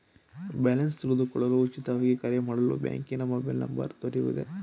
Balance ತಿಳಿದುಕೊಳ್ಳಲು ಉಚಿತವಾಗಿ ಕರೆ ಮಾಡಲು ಬ್ಯಾಂಕಿನ ಮೊಬೈಲ್ ನಂಬರ್ ದೊರೆಯುವುದೇ?